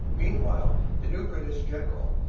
meanwhile the new british general,